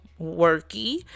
Worky